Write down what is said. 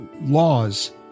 laws